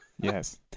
Yes